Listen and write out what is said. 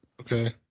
Okay